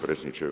predsjedniče.